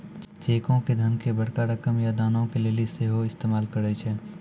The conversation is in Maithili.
चेको के धन के बड़का रकम या दानो के लेली सेहो इस्तेमाल करै छै